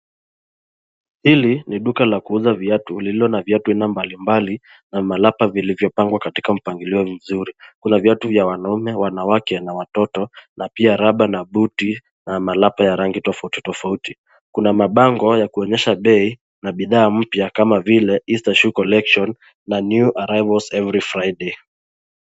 Hili ni duka la kuuza viatu lililo na viatu namba mbalimbali na malapa vilivyopangwa katika mpangilio mzuri. Kuna viatu vya wanaume, wanawake na watoto na pia raba na buti na malapa ya rangi tofauti tofauti. Kuna mabango haya ya kuonyesha bei na bidhaa mpya kama vile easter shoe collection na new arrivals every friday .